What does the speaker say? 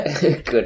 Good